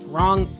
Wrong